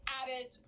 added